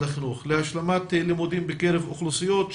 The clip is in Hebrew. החינוך להשלמת לימודים בקרב אוכלוסיות,